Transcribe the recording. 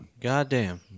Goddamn